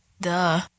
Duh